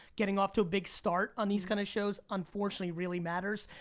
getting off to a big start on these kind of shows unfortunately really matters.